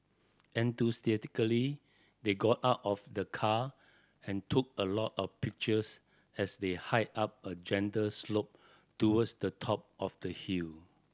enthusiastically they got out of the car and took a lot of pictures as they hiked up a gentle slope towards the top of the hill